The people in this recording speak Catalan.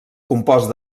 compost